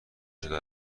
شده